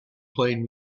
playing